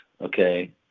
Okay